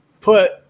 put